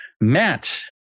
Matt